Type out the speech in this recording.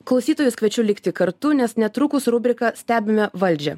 klausytojus kviečiu likti kartu nes netrukus rubrika stebime valdžią